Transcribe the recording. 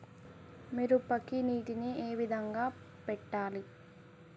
మిరపకి నీటిని ఏ విధంగా పెట్టాలి?